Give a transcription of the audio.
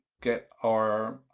get our